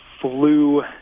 flu